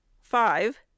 five